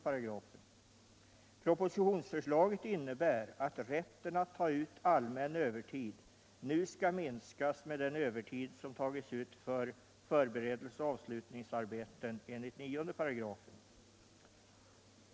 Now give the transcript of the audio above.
Propositionsförslaget innebär att rätten att ta ut allmän övertid nu skall minskas med den övertid som tagits ut för förberedelseoch avslutningsarbeten enligt 9 §.